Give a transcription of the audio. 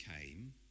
came